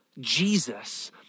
Jesus